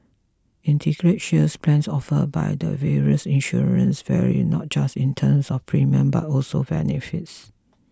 Integrated Shield plans offered by the various insurers vary not just in terms of premium but also benefits